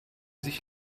sich